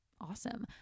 awesome